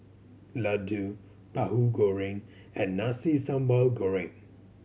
laddu Tahu Goreng and Nasi Sambal Goreng